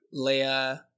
Leia